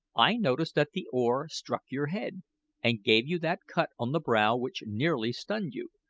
i noticed that the oar struck your head and gave you that cut on the brow which nearly stunned you,